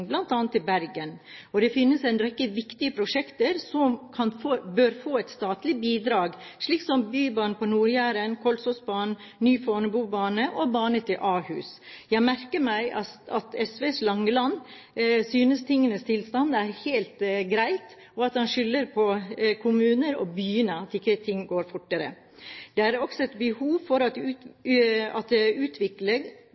bl.a. i Bergen. Det finnes en rekke viktige prosjekter som bør få et statlig bidrag, slik som bybanen på Nord-Jæren, Kolsåsbanen, ny Fornebubane og bane til Ahus. Jeg merker meg at SVs Langeland synes tingenes tilstand er helt grei, og at han skylder på kommuner og byene for at ikke ting går fortere. Det er også et behov for at